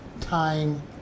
time